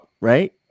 right